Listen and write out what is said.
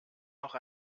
noch